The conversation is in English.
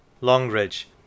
Longridge